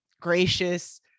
gracious